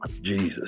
Jesus